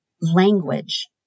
language